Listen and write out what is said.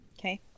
Okay